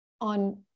on